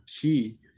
key